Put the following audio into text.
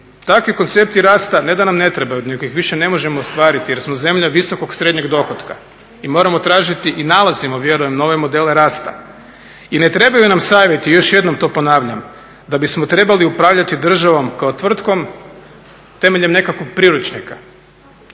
Takvi koncepti rasta ne da nam ne trebaju, nego ih više ne možemo ostvariti jer smo zemlja visokog srednjeg dohotka i moramo tražiti i nalazimo, vjerujem, nove modele rasta i ne trebaju nam savjeti, još jednom to ponavljam, da bismo trebali upravljati državom kao tvrtkom temeljem nekakvog priručnika